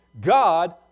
God